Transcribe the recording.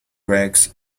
rex